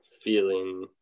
feeling